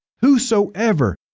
Whosoever